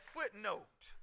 Footnote